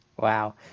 wow